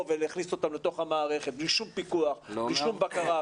ולהכניס אותם לתוך המערכת בלי שום פיקוח ובלי שום בקרה.